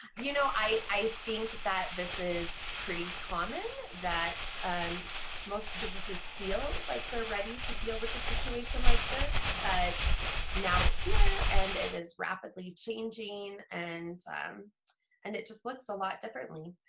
you know i think that this is pretty common that most businesses feel like they're ready to deal with the situation like this, but now it's here and it is rapidly changing and um and it just looks a lot differently.